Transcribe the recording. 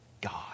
God